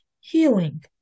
healing